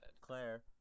Claire